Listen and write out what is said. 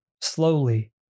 slowly